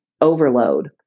overload